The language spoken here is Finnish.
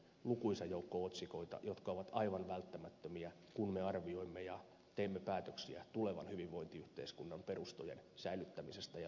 lukuisa joukko otsikoita jotka ovat aivan välttämättömiä kun me arvioimme ja teemme päätöksiä tulevan hyvinvointiyhteiskunnan perustojen säilyttämisestä ja lujittamisesta